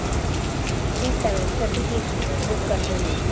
ਅੱਛਾ ਮੈਮ ਠੀਕ ਐ ਮੈਮ ਫਿਰ ਤੁਸੀਂ ਇੱਕ ਟਿਕਟ ਬੁੱਕ ਕਰ ਦੋ ਮੇਰੀ